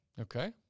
Okay